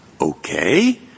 Okay